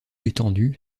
étendu